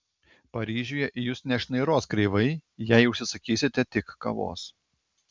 paryžiuje į jus nešnairuos kreivai jei užsisakysite tik kavos